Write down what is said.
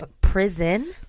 Prison